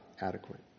adequate